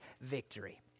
victory